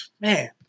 man